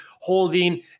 holding